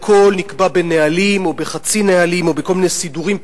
הכול נקבע בנהלים או בחצי-נהלים או בכל מיני סידורים פנימיים,